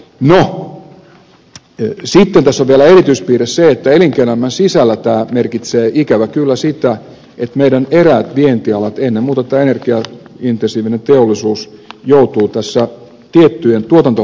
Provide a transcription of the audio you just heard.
sitten tässä on vielä erityispiirteenä se että elinkeinoelämän sisällä tämä merkitsee ikävä kyllä sitä että meidän eräät vientialat ennen muuta tämä energiaintensiivinen teollisuus joutuvat tässä tiettyjen tuotantolaitosten osalta vaikeuksiin